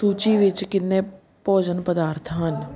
ਸੂਚੀ ਵਿੱਚ ਕਿੰਨੇ ਭੋਜਨ ਪਦਾਰਥ ਹਨ